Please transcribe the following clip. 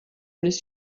this